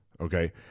okay